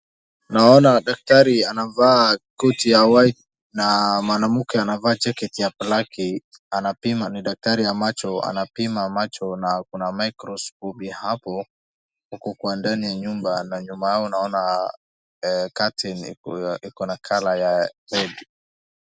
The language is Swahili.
Naona daktari anavaa koti ya white na mwanamke anavaa jacket ya black ni daktari wa macho anapima macho na kuna microscope hapo iko kwa ndani ya nyumba na nyuma yao naona curtain iko na color ya red .